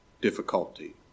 difficulty